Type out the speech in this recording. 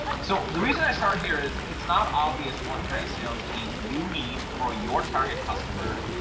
so the reason i start here is it's not obvious what kind of sales team you need for your target customers,